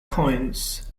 coins